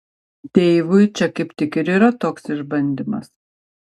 deivui čia kaip tik ir yra toks išbandymas